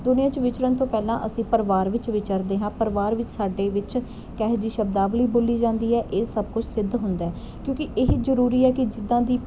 ਦੁਨੀਆ 'ਚ ਵਿਚਰਨ ਤੋਂ ਪਹਿਲਾਂ ਅਸੀਂ ਪਰਿਵਾਰ ਵਿੱਚ ਵਿਚਰਦੇ ਹਾਂ ਪਰਿਵਾਰ ਵਿੱਚ ਸਾਡੇ ਵਿੱਚ ਕਿਹੋ ਜਿਹੀ ਸ਼ਬਦਾਵਲੀ ਬੋਲੀ ਜਾਂਦੀ ਹੈ ਇਹ ਸਭ ਕੁਛ ਸਿੱਧ ਹੁੰਦਾ ਕਿਉਂਕਿ ਇਹ ਜ਼ਰੂਰੀ ਹੈ ਕਿ ਜਿੱਦਾਂ ਦੀ